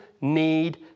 need